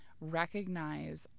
recognize